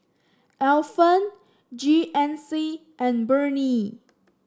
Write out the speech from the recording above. Alpen G N C and Burnie